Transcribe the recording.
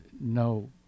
no